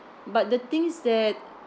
but the thing is that